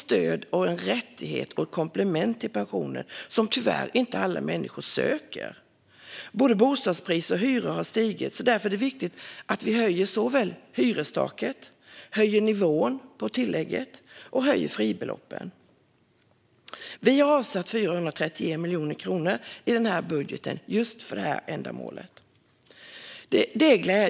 Stödet är en rättighet och ett komplement till pensionen som tyvärr inte alla söker. Både bostadspriser och hyror har stigit, och därför är det viktigt att höja såväl hyrestaket som nivån på tillägget och även fribeloppen. Vi har avsatt 431 miljoner kronor i budgeten för just detta ändamål.